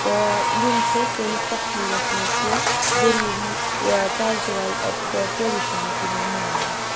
تہٕ یِم چھِ سٲنِس کَشمیٖرَس منٛز کیٚنہہ ضروٗری کَلچُرل ٹریڈِشَنٔز یِوان ماننہٕ